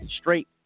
straight